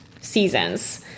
seasons